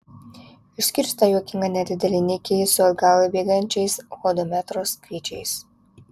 išskyrus tą juokingą nedidelį nikį su atgal bėgančiais hodometro skaičiais